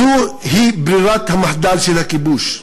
זוהי ברירת המחדל של הכיבוש.